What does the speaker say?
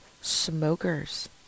smokers